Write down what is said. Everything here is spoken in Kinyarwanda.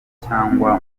cyangwa